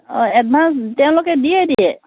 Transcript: অঁ এডভান্স তেওঁলোকে দিয়ে দিয়ে